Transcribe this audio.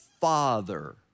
Father